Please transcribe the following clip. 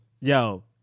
Yo